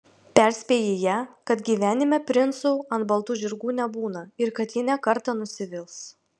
perspėji ją kad gyvenime princų ant baltų žirgų nebūna ir kad ji ne kartą nusivils